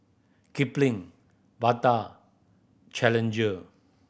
Kipling Bata Challenger